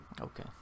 Okay